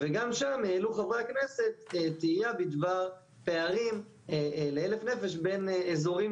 גם שם העלו חברי הכנסת תהייה בדבר הפערים ל-1,000 נפש בין אזורים